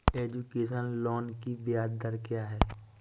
Education loan की ब्याज दर क्या है?